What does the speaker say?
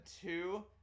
Two